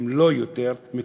אם לא יותר חשוב,